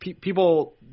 people